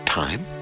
time